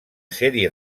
sèrie